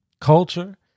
culture